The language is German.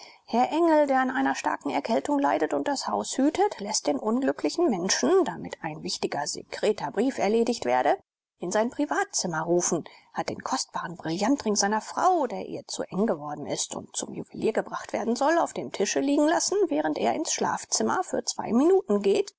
herr engel der an einer starken erkältung leidet und das haus hütet läßt den unglücklichen menschen damit ein wichtiger sekreter brief erledigt werde in sein privatzimmer rufen hat den kostbaren brillantring seiner frau der ihr zu eng geworden ist und zum juwelier gebracht werden soll auf dem tische liegen lassen während er ins schlafzimmer für zwei minuten geht